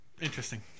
Interesting